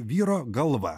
vyro galva